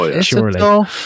surely